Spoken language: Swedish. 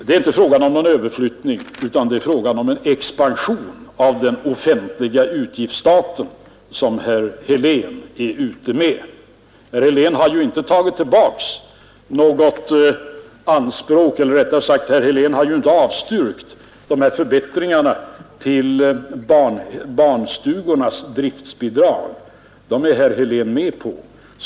Det är inte fråga om någon överflyttning, utan det är en expansion av den offentliga utgiftsstaten som herr Helén är ute efter. Herr Helén har ju inte avstyrkt förbättringarna av barnstugornas driftbidrag. Dem är herr Helén med på.